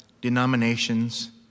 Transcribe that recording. denominations